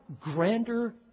grander